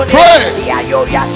Pray